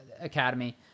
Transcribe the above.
Academy